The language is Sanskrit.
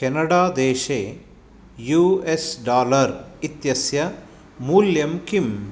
केनडा देशे यु एस् डालर् इत्यस्य मूल्यं किम्